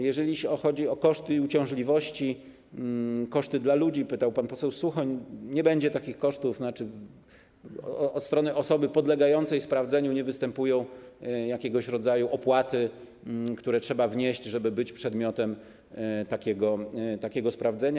Jeżeli chodzi o koszty i uciążliwości, koszty dla ludzi - pytał o to pan poseł Suchoń - to nie będzie takich kosztów, tzn. od strony osoby podlegającej sprawdzeniu nie występują jakiegoś rodzaju opłaty, które trzeba wnieść, żeby być przedmiotem takiego sprawdzenia.